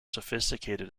sophisticated